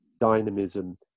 dynamism